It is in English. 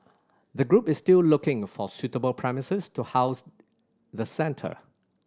the group is still looking for suitable premises to house the centre